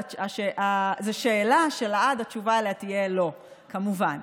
זו שאלה שלעד התשובה עליה תהיה לא, כמובן.